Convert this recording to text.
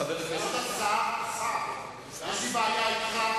יש לי גם בעיה אתך,